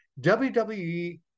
WWE